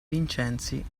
vincenzi